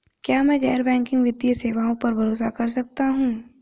क्या मैं गैर बैंकिंग वित्तीय सेवाओं पर भरोसा कर सकता हूं?